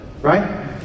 Right